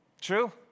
true